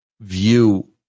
view